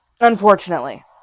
Unfortunately